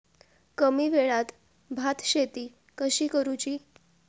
कमी वेळात भात शेती कशी करुची?